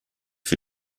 für